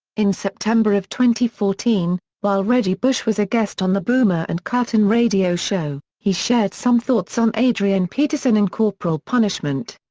in september of fourteen, while reggie bush was a guest on the boomer and carton radio show, he shared some thoughts on adrian peterson and corporal punishment.